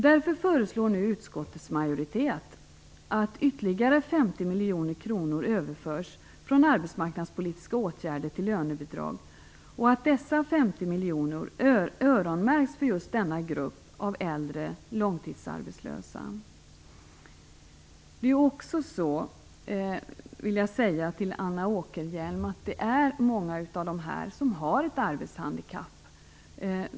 Därför föreslår nu utskottets majoritet att ytterligare 50 miljoner kronor överförs från arbetsmarknadspolitiska åtgärder till lönebidrag och att dessa 50 miljoner öronmärks för just denna grupp av äldre långtidsarbetslösa. Jag vill påpeka för Anna Åkerhielm att många av dessa arbetssökande äldre har ett arbetshandikapp.